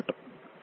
5ఆంపియర్